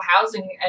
housing